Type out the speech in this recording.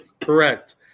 Correct